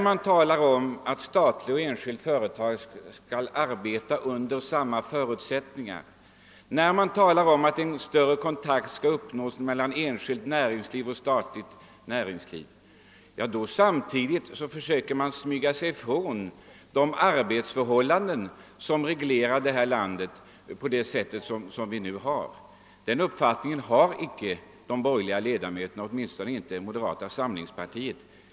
Man talar om att statliga och enskilda företag skall arbeta under samma förutsättningar och säger att en bättre kontakt skall åstadkommas mellan enskilt och statligt näringsliv, men samtidigt försöker man smyga sig från de arbetsförhållanden som nu råder i vårt land. På den linjen går icke de borgerliga ledamöterna, åtminstone inte inom moderata samlingspartiet.